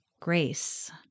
grace